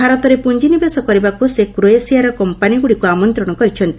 ଭାରତରେ ପୁଞ୍ଜିନିବେଶ କରିବାକୁ ସେ କ୍ରୋଏସିଆର କମ୍ପାନୀଗ୍ରଡିକ୍ ଆମନ୍ତ୍ରଣ କରିଛନ୍ତି